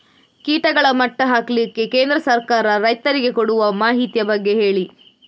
ಕೀಟಗಳ ಮಟ್ಟ ಹಾಕ್ಲಿಕ್ಕೆ ಕೇಂದ್ರ ಸರ್ಕಾರ ರೈತರಿಗೆ ಕೊಡುವ ಮಾಹಿತಿಯ ಬಗ್ಗೆ ಹೇಳಿ